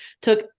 took